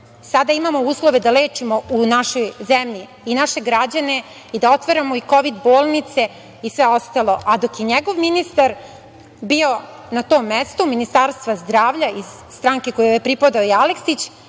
sada imamo uslove da lečimo u našoj zemlji i naše građane i da otvaramo i kovid bolnice i sve ostalo, a dok je njegov ministar bio na tom mestu Ministarstva zdravlja iz stranke kojoj je pripadao i Aleksić